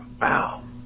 wow